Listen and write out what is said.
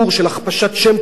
של הכפשת שם טוב.